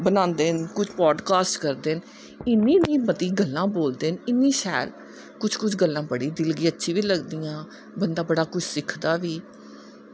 बनांदे न कुछ ब्राड़कास्ट करदे न इन्नी मती गल्लां बोलदे न इन्नी शैल कुछ कुछ गल्ला दिल गी अच्छियां बि लगदियां बंदा बड़ा कुछ सिखदा बा